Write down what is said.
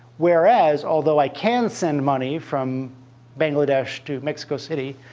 whereas although i can send money from bangladesh to mexico city,